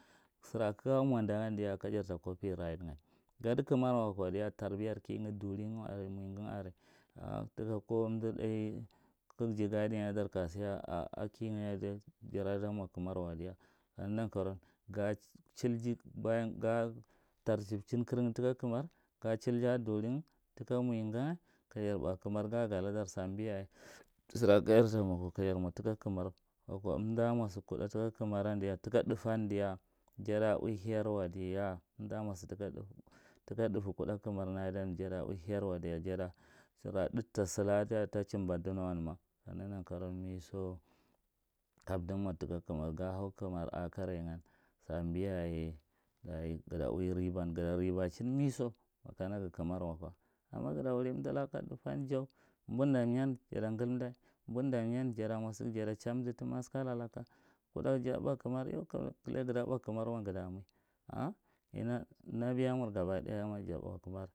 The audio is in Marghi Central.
Sara kaga mwanda gan diya kajar ta copy right nga gada kaamwa wakwa diya tarbiyar mugan are, during are taka ko amda dai kig guidinnadar ka sa a ki nga dara da mwa kaanwa wa diya. Ka naga nankaro, ga chilji, baan ga tartabchin karng taka kamari ga chiji a duringa, taka munga nga kajar ɓa kamar, ga galadar sambiya ye sara kajar ta mwa kwa, kajar mwa taka kamar wakwa amda mwa sa kuɗa taka kamari, taka dafan diya jada ui harwa diya. amda mwa sa taka dafa daka dafa kuɗa kamarni adan jada ui harwa diya. Jadara ɗad ta salaka diya ta chimba donawan mai ka naga nankaro, miso kamda mwa taka kamar. ga hau kamar a kare nga sabiyaye. Dayi gada ui riban, sada hanya riban gada ribachin miso, makana ga kanak kwa. Amma gada wuri amdalaka ɗafan jau, mbuda myan ja ngu mda, mbuda man ja mwa sa jada cha dmda ta maskala laka kuɗa ja ɓa kamar. yo gada ɓa kamarwa gada mui, a, ana nabiyamur gaba daya ma ja ɓa kamar.